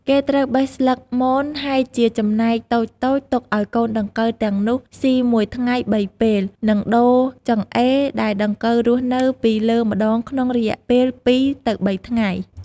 គេត្រូវបេះស្លឹកមន ហែកជាចំណែកតូចៗទុកឲ្យកូនដង្កូវទាំងនោះស៊ីមួយថ្ងៃ៣ពេល និងដូរចង្អេរដែលដង្កូវរស់នៅពីលើម្ដងក្នុងរយៈពេល២ ទៅ៣ថ្ងៃ។